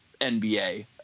nba